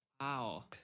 Wow